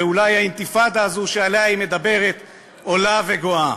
ואולי האינתיפאדה הזו שעליה היא מדברת עולה וגואה.